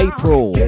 April